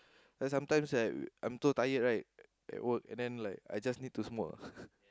you know sometimes like I'm too tired at work right you know then I just need to smoke lah